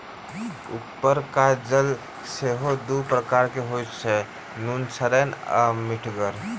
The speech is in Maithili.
उपरका जल सेहो दू प्रकारक होइत अछि, नुनछड़ैन आ मीठगर